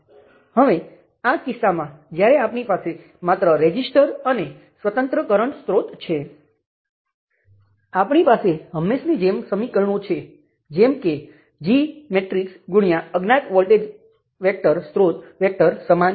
હવે સ્પષ્ટપણે આ નિયંત્રણ વોલ્ટેજ સ્ત્રોત બીજા મેશમાં છે અને તે માત્ર બીજા મેશ માટેનાં સમીકરણને અસર કરશે